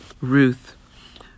Ruth